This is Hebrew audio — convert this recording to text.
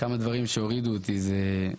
כמה דברים שהורידו אותי זה אם